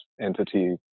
entity